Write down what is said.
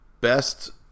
Best